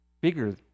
bigger